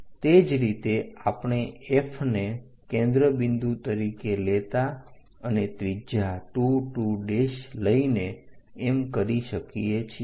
તે જ રીતે આપણે F ને કેન્દ્ર બિંદુ તરીકે લેતા અને ત્રિજ્યા 2 2 લઈને એમ કરી શકીએ છીએ